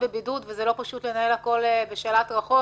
בבידוד ולא פשוט לנהל הכול בשלט רחוק.